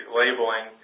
labeling